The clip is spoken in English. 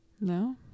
no